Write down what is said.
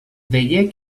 veié